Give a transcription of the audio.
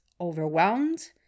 overwhelmed